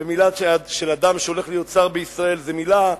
ומלה של אדם שהולך להיות שר בישראל זו מלה,